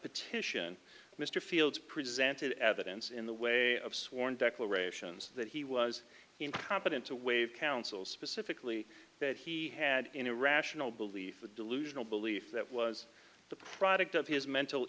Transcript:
petition mr fields presented evidence in the way of sworn declarations that he was incompetent to waive counsel specifically that he had an irrational belief a delusional belief that was the product of his mental